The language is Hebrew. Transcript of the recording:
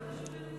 יותר.